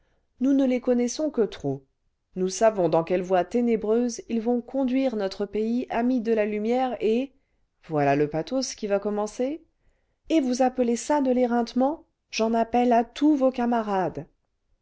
nous ne les connaissons que trop nous le vingtième siècle savons dans quelles voies ténébreuses ils vont conduire notre pays ami de la lumière et voilà le pathos qui va commencer et vous appelez ça de l'éreintement j'en appelle à tous vos camarades